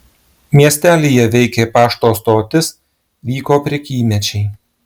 miestelyje veikė pašto stotis vyko prekymečiai